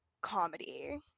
comedy